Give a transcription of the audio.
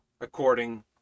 according